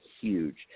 huge